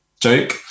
joke